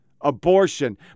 abortion